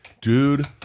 Dude